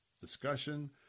discussion